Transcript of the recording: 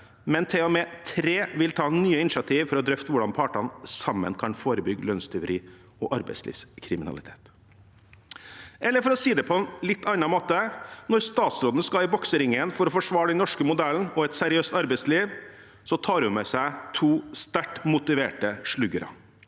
men til og med vil ta nye initiativ for å drøfte hvordan partene sammen kan forebygge lønnstyveri og arbeidslivskriminalitet. Eller for å si det på en litt annen måte: Når statsråden skal i bokseringen for å forsvare den norske modellen og et seriøst arbeidsliv, tar hun med seg to sterkt motiverte sluggere.